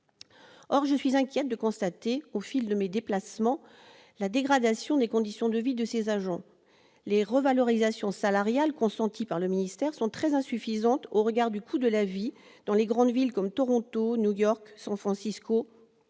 Or je suis inquiète de constater, au fil de mes déplacements, la dégradation des conditions de vie de ces agents. Les revalorisations salariales consenties par le ministère sont très insuffisantes au regard du coût de la vie dans les grandes villes comme Toronto, New York, San Francisco,